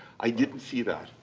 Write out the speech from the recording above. i didn't see that.